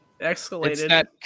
escalated